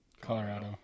Colorado